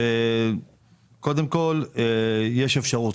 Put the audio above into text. קודם כל, יש אפשרות.